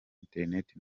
internet